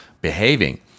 behaving